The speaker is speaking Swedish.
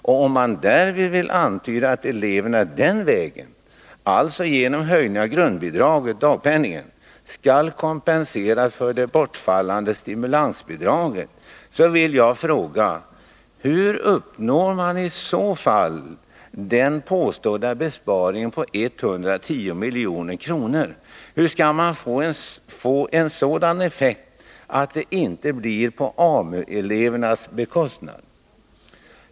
Om man därmed vill antyda att eleverna den vägen, alltså genom en höjning av grundbidraget — dagpenning —, skall kompenseras för det bortfallna stimulansbidraget, så vill jag fråga: Hur uppnår man i så fall den påstådda besparingen på 110 milj.kr.? Hur skall man få en sådan effekt om det inte blir på AMU-elevernas bekostnad?